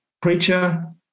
preacher